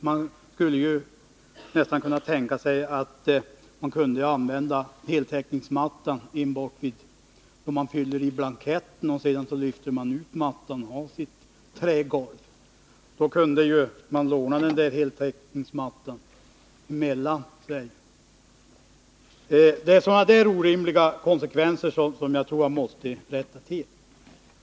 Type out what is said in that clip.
Man skulle ju nästan kunna tänka sig att använda heltäckningsmatta enbart när man fyller i blanketter och sedan lyfta ut mattan från sitt trägolv. Man skulle t.o.m. kunna låna heltäckningsmattan. Det är just med tanke på sådana orimliga konsekvenser som man måste rätta till bestämmelserna.